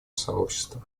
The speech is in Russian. сообщества